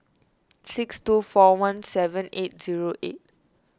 six two four one seven eight zero eight